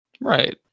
right